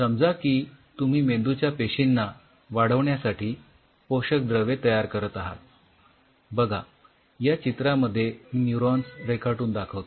समजा की तुम्ही मेंदूच्या पेशींना वाढविण्यासाठी पोषकद्रव्ये तयार करत आहात बघा या चित्रामध्ये मी न्यूरॉन्स रेखाटून दाखवतो